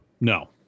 No